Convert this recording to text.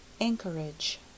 Anchorage